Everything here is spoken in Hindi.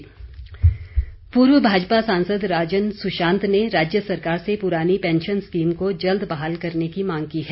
राजन सुशांत पूर्व भाजपा सांसद राजन सुंशात ने राज्य सरकार से पुरानी पेंशन स्कीम को जल्द बहाल करने की मांग की है